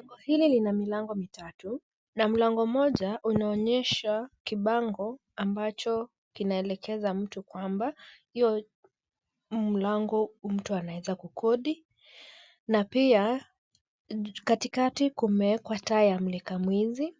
Jengo hili lina milango mitatu, mlango mmoja unaonyesha kibango ambacho kinaelekeza mtu kwamba huo mlango mtu anaweza kukodi, na pia katikati kumewekwa taa ya mulika mwizi